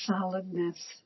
solidness